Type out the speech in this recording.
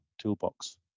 toolbox